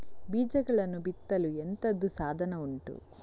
ಬೀಜಗಳನ್ನು ಬಿತ್ತಲು ಎಂತದು ಸಾಧನ ಉಂಟು?